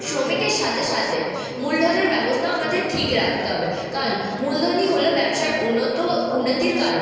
শ্রমিকের সাথে সাথে মূলধনের ব্যবস্থাও আমাদের ঠিক রাখতে হবে কারণ মূলধনই হল ব্যবসার উন্নতির কারণ